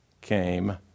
came